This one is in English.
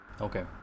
Okay